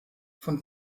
von